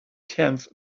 tenth